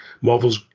Marvel's